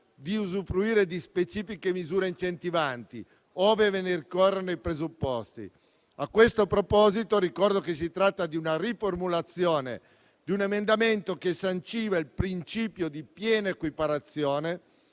di usufruire di specifiche misure incentivanti, ove ne ricorrano i presupposti. A questo proposito, ricordo che si tratta di una riformulazione di un emendamento che sanciva il principio di piena equiparazione